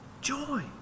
joy